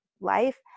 life